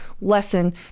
lesson